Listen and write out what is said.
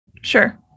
sure